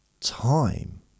time